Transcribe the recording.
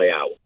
out